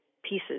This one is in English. pieces